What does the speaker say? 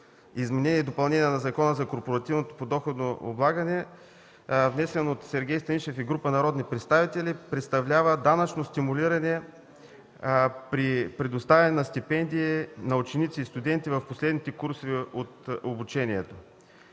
изменение и допълнение на Закона за корпоративното подоходно облагане, внесен от Сергей Станишев и група народни представители, представлява данъчно стимулиране при предоставяне на стипендии на ученици и студенти в последните курсове от обучението.